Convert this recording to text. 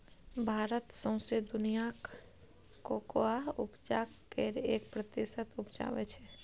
भारत सौंसे दुनियाँक कोकोआ उपजाक केर एक प्रतिशत उपजाबै छै